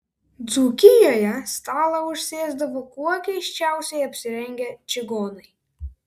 dzūkijoje stalą užsėsdavo kuo keisčiausiai apsirengę čigonai